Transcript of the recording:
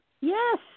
Yes